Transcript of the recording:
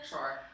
Sure